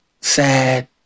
sad